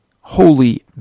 holy